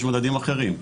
יש מדדים אחרים.